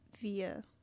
Via